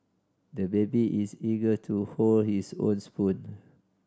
the baby is eager to hold his own spoon